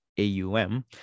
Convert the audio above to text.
AUM